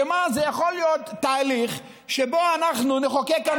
הוא שזה יכול להיות תהליך שבו אנחנו נחוקק כאן